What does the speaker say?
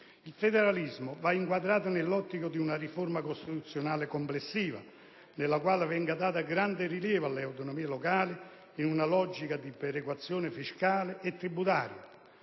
Il federalismo va inquadrato nell'ottica di una riforma costituzionale complessiva, nella quale venga dato grande rilievo alle autonomie locali, in una logica di perequazione fiscale e tributaria.